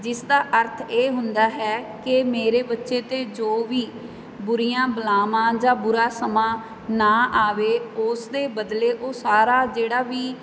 ਜਿਸ ਦਾ ਅਰਥ ਇਹ ਹੁੰਦਾ ਹੈ ਕਿ ਮੇਰੇ ਬੱਚੇ 'ਤੇ ਜੋ ਵੀ ਬੁਰੀਆਂ ਬਲਾਵਾਂ ਜਾਂ ਬੁਰਾ ਸਮਾਂ ਨਾ ਆਵੇ ਉਸਦੇ ਬਦਲੇ ਉਹ ਸਾਰਾ ਜਿਹੜਾ ਵੀ